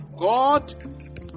God